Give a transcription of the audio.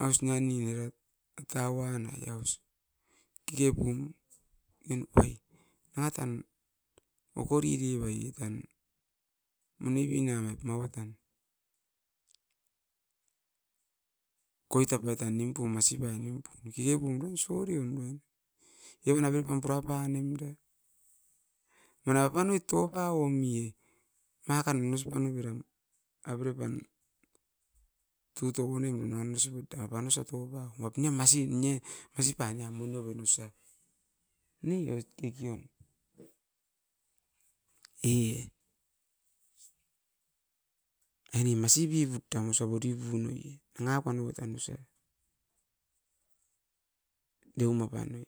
Aus nia ni era etauan ai aus kekepum nimpuai. Nanga tan okori rivai e tan moni pinaman maua tan. Koita paitan nimpum masipai nimpum keke pum ne osorium nuan, evan a pep pam purapa nimure. Nen apanuit tuapa omi, nangakan masipa noim era, avere pan tuto unem e nuan usibut apanoso toupa ot'ne masip ni e, masi pa niamu nioven osa ni oit kekion, e. Aine masi bibut ta masi bori bunoi nanga pan outan usa. deuma pan noi.